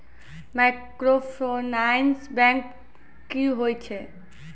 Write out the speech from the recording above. Microfinance bank की होय छै?